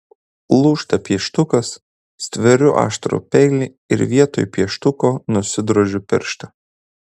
lūžta pieštukas stveriu aštrų peilį ir vietoj pieštuko nusidrožiu pirštą